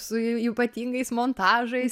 su ypatingais montažais